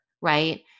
right